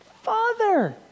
Father